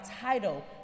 title